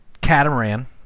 catamaran